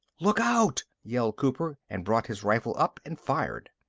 look out! yelled cooper and brought his rifle up and fired.